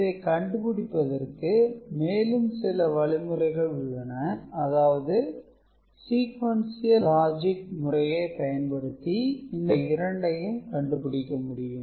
இதை கண்டுபிடிப்பதற்கு மேலும் சில வழிமுறைகள் உள்ளன அதாவது sequential லாஜிக் முறையை பயன்படுத்தி இந்த இரண்டையும் கண்டுபிடிக்க முடியும்